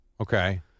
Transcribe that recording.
Okay